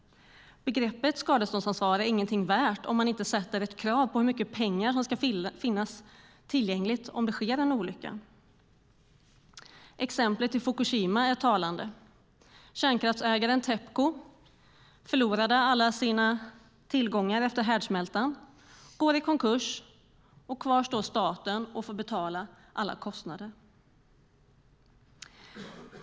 Begreppet skadeståndsansvar är inget värt om man inte ställer ett krav på hur mycket pengar som ska finnas tillgängligt om det sker en olycka. Exemplet i Fukushima är talande. Kärnkraftsägaren Tepco förlorade alla sina tillgångar efter härdsmältan och gick i konkurs. Kvar står staten och får betala alla kostnader.